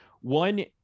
One